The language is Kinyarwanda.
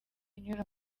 unyura